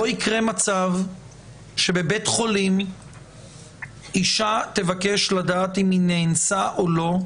לא יקרה מצב שבבית חולים אישה תבקש לדעת אם היא נאנסה או לא,